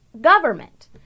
government